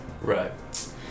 Right